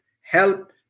help